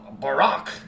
Barack